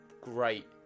great